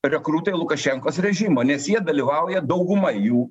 rekrutai lukašenkos režimo nes jie dalyvauja dauguma jų